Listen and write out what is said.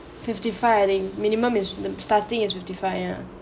fifty five I think minimum is starting is fifty five ah